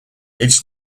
its